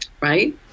right